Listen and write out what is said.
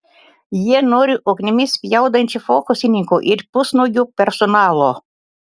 jie nori ugnimi spjaudančių fokusininkų ir pusnuogio personalo